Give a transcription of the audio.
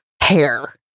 hair